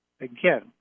again